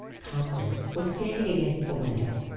constance was standing against the window.